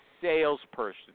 salesperson